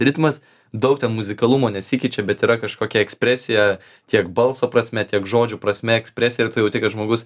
ritmas daug ten muzikalumo nesikeičia bet yra kažkokia ekspresija tiek balso prasme tiek žodžių prasme ekspresija ir tu jauti kad žmogus